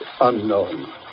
unknown